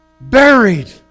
Buried